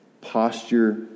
posture